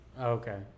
Okay